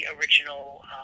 Original